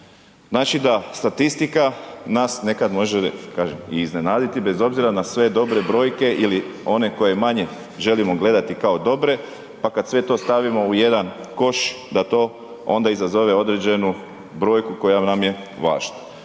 Znači da statistika nas nekad može kažem, i iznenaditi bez obzira na sve dobre brojke ili one koje manje želimo gledati kao dobre pa kad sve to stavimo u jedan koš da to onda izazove određenu brojku koja nam je važna.